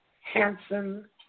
Hansen